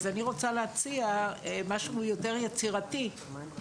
אני רוצה להציע משהו יותר יצירתי מבחינת מרכזים,